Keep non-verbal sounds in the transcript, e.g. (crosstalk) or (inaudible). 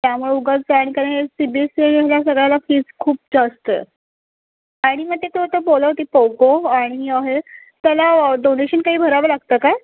त्यामुळं उगाच (unintelligible) C B S C ह्या सगळ्याला फीज खूप जास्त आणि मग ते तू आता बोलवती पौगो आणि हे त्याला डोनेशन काही भरावं लागतं काय